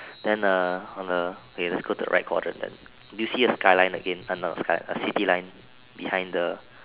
then uh on a okay let's go to the right quadrant then do you see a skyline again uh not a sky a city line behind the